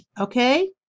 Okay